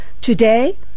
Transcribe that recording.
Today